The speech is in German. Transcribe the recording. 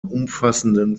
umfassenden